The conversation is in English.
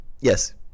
Yes